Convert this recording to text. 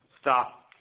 stop